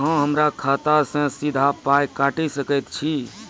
अहॉ हमरा खाता सअ सीधा पाय काटि सकैत छी?